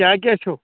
کیٛاہ کیٛاھ چھُو